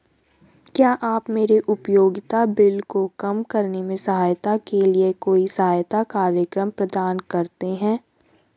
क्या आप मेरे उपयोगिता बिल को कम करने में सहायता के लिए कोई सहायता कार्यक्रम प्रदान करते हैं?